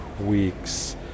weeks